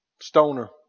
Stoner